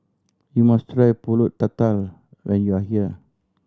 you must try Pulut Tatal when you are here